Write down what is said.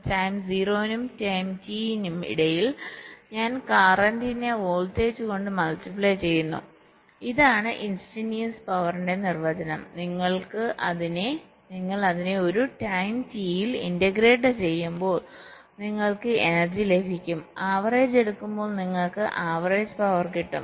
time 0 നും T നും ഇടയിൽ ഞാൻ കറന്റിനെ വോൾടേജ് കൊണ്ട് മൾട്ടിപ്ലൈ ചെയ്യുന്നു ഇതാണ് ഇൻസ്റ്റന്റിനിയസ് പവറിന്റെ നിർവചനം നിങ്ങൾ അതിനെ ഒരു ടൈം ടി ൽ ഇന്റഗ്രേറ്റ് ചെയ്യുമ്പോൾ നിങ്ങൾക്ക് എനർജി ലഭിക്കും ആവറേജ് എടുക്കുമ്പോൾ നിങ്ങൾക്ക് ആവറേജ് പവർ കിട്ടും